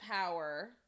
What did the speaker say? power